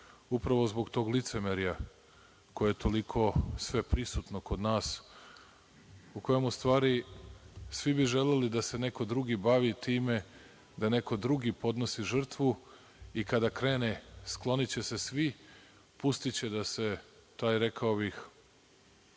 Upravo zbog tog licemerja koje toliko sveprisutno kod nas, u kojem, u stvari, svi želeli da se neko drugi bavi time, da neko drugi podnosi žrtvu i kada krene, skloniće se svi, pustiće da se taj, rekao